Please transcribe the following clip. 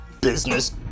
business